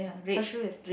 her shoe is